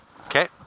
Okay